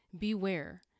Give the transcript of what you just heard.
beware